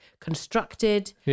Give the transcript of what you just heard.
constructed